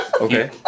Okay